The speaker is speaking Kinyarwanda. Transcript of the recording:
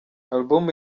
album